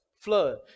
Flood